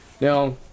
Now